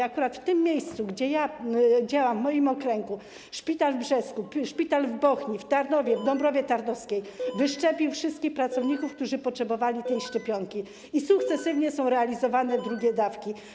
Akurat w tym miejscu, gdzie działam, w moim okręgu, szpitale w Brzesku, w Bochni, w Tarnowie, w Dąbrowie Tarnowskiej zaszczepiły wszystkich pracowników, którzy potrzebowali tej szczepionki, i sukcesywnie są realizowane drugie dawki.